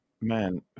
man